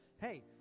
Hey